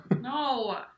no